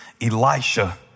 Elisha